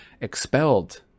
expelled